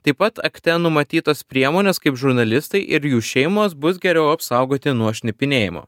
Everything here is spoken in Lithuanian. taip pat akte numatytos priemonės kaip žurnalistai ir jų šeimos bus geriau apsaugoti nuo šnipinėjimo